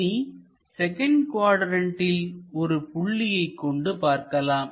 இனி செகண்ட் குவாட்ரண்ட்டில் ஒரு புள்ளியை கொண்டு பார்க்கலாம்